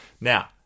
Now